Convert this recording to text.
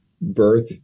birth